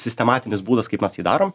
sistematinis būdas kaip mes jį darom